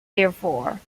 therefore